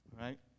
Right